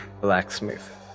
blacksmith